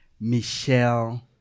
Michelle